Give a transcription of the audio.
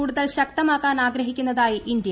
കൂടുതൽ ശക്തമാക്കാൻ ആഗ്രഹിക്കുന്നതായി ഇന്ത്യ